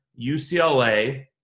UCLA